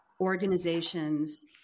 organizations